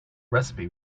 recipe